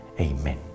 Amen